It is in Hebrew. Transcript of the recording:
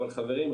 אבל חברים,